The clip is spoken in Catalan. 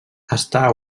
està